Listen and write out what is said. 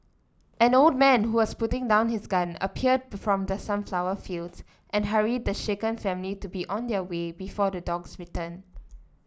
an old man who was putting down his gun appeared from the sunflower fields and hurried the shaken family to be on their way before the dogs return